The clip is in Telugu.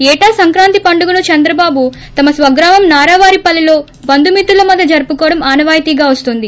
ఏటా సంక్రాంతి పండుగను చంద్రబాబు ేతమ స్వగ్రామం నారావారిపల్లెలో బంధుమిత్రుల మధ్య జరుపుకోవడం ఆనవాయితీగా పన్తోంది